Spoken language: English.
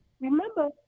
remember